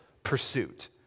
Pursuit